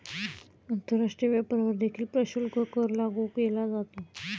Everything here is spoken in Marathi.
आंतरराष्ट्रीय व्यापारावर देखील प्रशुल्क कर लागू केला जातो